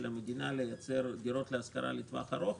המדינה לייצר דירות להשכרה לטווח ארוך,